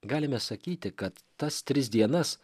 galime sakyti kad tas tris dienas